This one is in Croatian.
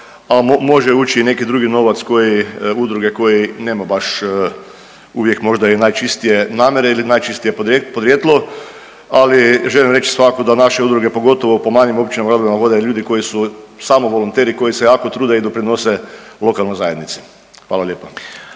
a može ući i neki drugi novac udruge koji nema baš uvijek možda i najčistije namjere ili najčistije podrijetlo. Ali želim reći svakako da naše udruge pogotovo po manjim općinama, gradovima vode ljudi koji su samo volonteri, koji se jako trude i doprinose lokalnoj zajednici. Hvala lijepa.